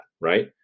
right